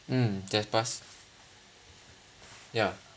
mm that pass ya